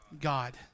God